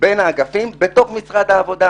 בין אגפי משרד העבודה.